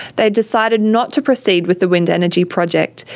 they decided not to proceed with the wind energy project,